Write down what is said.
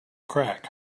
crack